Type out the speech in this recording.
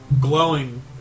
glowing